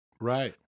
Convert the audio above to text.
Right